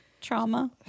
trauma